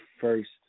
first